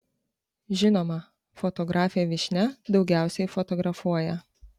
žinoma fotografė vyšnia daugiausiai fotografuoja